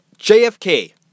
JFK